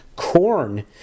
Corn